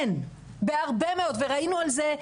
אין, בהרבה מאוד וראינו על זה,